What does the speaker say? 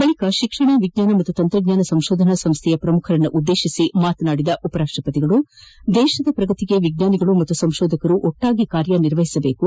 ಬಳಿಕ ಶಿಕ್ಷಣ ವಿಜ್ಞಾನ ಮತ್ತು ತಂತ್ರಜ್ಞಾನ ಸಂಶೋಧನಾ ಸಂಸ್ದೆಯ ಪ್ರಮುಖರನ್ನು ಉದ್ದೇಶಿಸಿ ಮಾತನಾಡಿದ ಉಪರಾಷ್ಟ ಪತಿಗಳು ದೇಶದ ಪ್ರಗತಿಗೆ ವಿಜ್ಞಾನಿಗಳು ಮತ್ತು ಸಂಶೋಧಕರು ಒಟ್ಟಿಗೆ ಕಾರ್ಯನಿರ್ವಹಿಸಬೇಕು